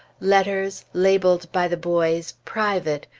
letters, labeled by the boys private,